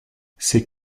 c’est